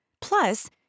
Plus